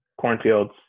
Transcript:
Cornfields